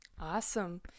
Awesome